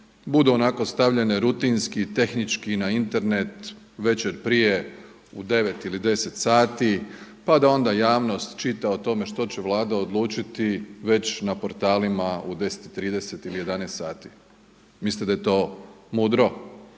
budu onako stavljene rutinski, tehnički na Internet večer prije u 9 ili 10 sati pa da onda javnost čita o tome što će Vlada odlučiti već na portalima u 10,30 ili 11 sati? Mislite da je to mudro?